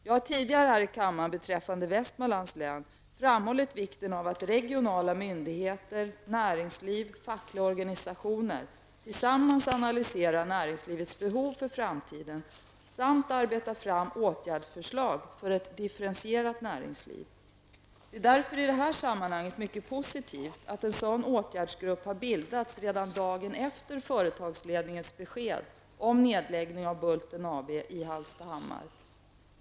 Jag har tidigare här i kammaren beträffande Västmanlands län framhållit vikten av att regionala myndigheter, näringsliv och fackliga organisationer tillsammans analyserar näringslivets behov för framtiden samt arbetar fram åtgärdsförslag för ett diversifierat näringsliv. Det är därför, i det här sammanhanget, mycket positivt att en sådan åtgärdsgrupp bildats redan dagen efter företagsledningens besked om nedläggning av Bulten AB i Hallstahammar.